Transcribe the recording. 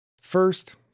First